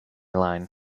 line